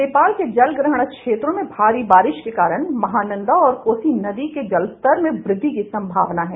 नेपाल के जलग्रहण क्षेत्रों में भारी बारिश के कारण महानंदा और कोसी नदी के जलस्तर में वृद्धि की संभावना है